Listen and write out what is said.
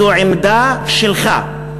זו עמדה שלך.